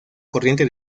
corriente